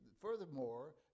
furthermore